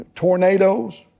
Tornadoes